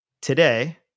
today